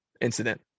incident